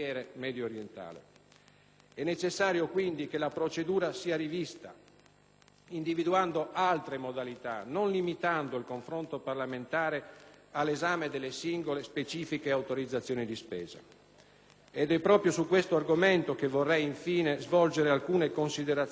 individuando altre modalità, non limitando il confronto parlamentare all'esame delle singole, specifiche autorizzazioni di spesa. Ed è proprio su questo argomento che vorrei, infine, svolgere alcune considerazioni, relativamente alla congruità delle risorse messe a disposizione dal provvedimento.